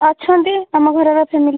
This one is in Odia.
ଅଛନ୍ତି ଆମ ଘର ର ଫ୍ୟାମିଲି